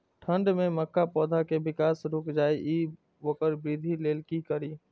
ठंढ में मक्का पौधा के विकास रूक जाय इ वोकर वृद्धि लेल कि करी?